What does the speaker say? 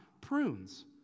prunes